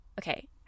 Okay